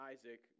Isaac